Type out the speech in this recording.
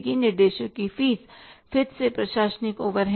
निर्देशक की फीस फिर से प्रशासनिक ओवरहेड है